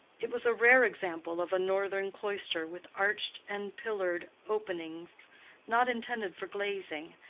it was a rare example of a northern cloister with arched and pillared openings not intended for glazing,